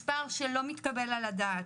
מספר שלא מתקבל על הדעת.